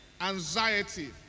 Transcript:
anxiety